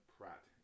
Pratt